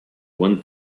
one